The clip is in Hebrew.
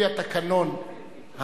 לפי התקנון,